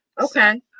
okay